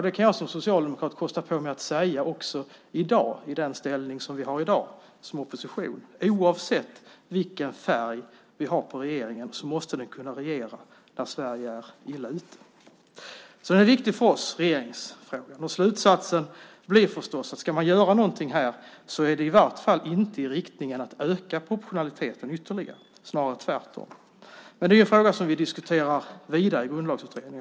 Det kan jag som socialdemokrat kosta på mig att säga också i dag med den ställning vi nu har som oppositionsparti. Oavsett vilken färg regeringen har måste den kunna regera när Sverige är illa ute. Regeringsfrågan är alltså viktig för oss. Slutsatsen blir förstås att ska man göra någonting här är det i varje fall inte i riktning mot en ytterligare ökad proportionalitet, snarare tvärtom. Men det är en fråga som vi diskuterar vidare i Grundlagsutredningen.